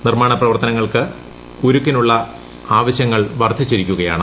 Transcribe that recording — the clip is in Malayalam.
നിർമ്മാണ പ്രവർത്തനങ്ങൾക്ക് ഉരുക്കിനുള്ള ആവശ്യങ്ങൾ വർദ്ധിക്കുകയാണ്